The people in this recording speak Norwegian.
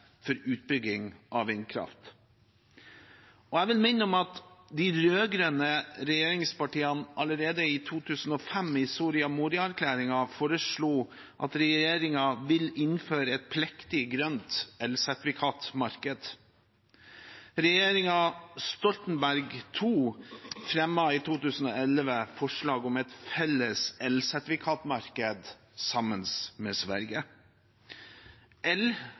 for utbygging av vindkraft. Jeg vil minne om at den rød-grønne regjeringen allerede i 2005 i Soria Moria-erklæringen foreslo å innføre et pliktig grønt elsertifikatmarked. Regjeringen Stoltenberg II fremmet i 2011 forslag om et felles elsertifikatmarked sammen med Sverige.